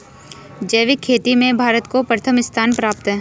जैविक खेती में भारत को प्रथम स्थान प्राप्त है